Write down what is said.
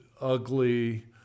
ugly